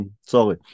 Sorry